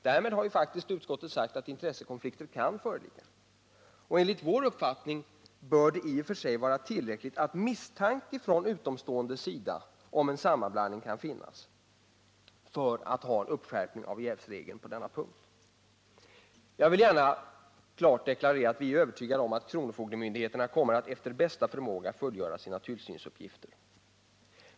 Därmed har utskottet faktiskt sagt att intressekonflikt kan föreligga, och enligt vår uppfattning bör det i och för sig vara tillräckligt att det kan finnas en misstanke från utomståendes sida om en sammanblandning för att skärpa jävsregeln på denna punkt. Jag vill gärna klart deklarera att vi är övertygade om att kronofogdemyndigheterna efter bästa förmåga kommer att fullgöra sina tillsynsuppgifter.